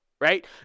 right